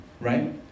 right